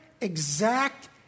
exact